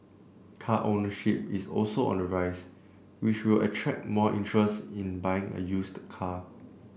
car ownership is also on the rise which will attract more interest in buying a used car